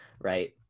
Right